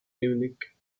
munich